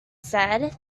said